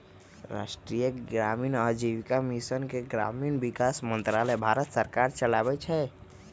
राष्ट्रीय ग्रामीण आजीविका मिशन के ग्रामीण विकास मंत्रालय भारत सरकार चलाबै छइ